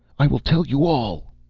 i will tell you all!